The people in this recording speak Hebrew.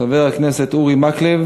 חבר הכנסת אורי מקלב